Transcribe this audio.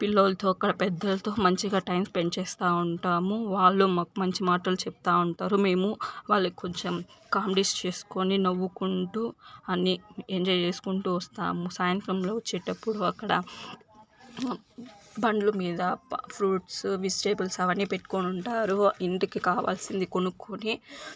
పిల్లలతో పెద్దలతో మంచిగా టైం స్పెండ్ చేస్తూ ఉంటాము వాళ్ళు మాకు మంచి మాటలు చెప్తూ ఉంటారు మేము వాళ్లు కొంచెం కామెడీస్ చేసుకొని నవ్వుకుంటూ అని ఎంజాయ్ చేసుకుంటూ వస్తాము సాయంత్రంలో వచ్చేటప్పుడు అక్కడ బండ్ల మీద ఫ్రూట్స్ వెజిటేబుల్స్ అవన్నీ పెట్టుకొని ఉంటారు ఇంటికి కావాల్సింది కొనుక్కొని